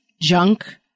junk